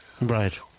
Right